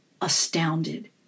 astounded